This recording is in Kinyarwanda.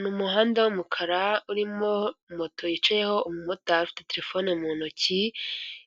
Ni umuhanda w'umukara urimo moto yicayeho umumotari afite telefone mu ntoki,